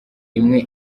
imwe